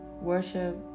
Worship